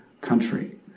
country